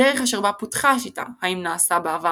הדרך אשר בה פותחה השיטה - האם נעשה בעבר